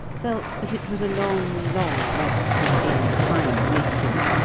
felt that it was a long, long way from being time wasted.